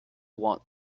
want